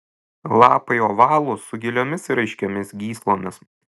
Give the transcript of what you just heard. lapai ovalūs su giliomis ir aiškiomis gyslomis